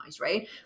Right